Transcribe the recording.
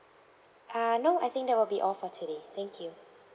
uh no I think that will be all for today thank you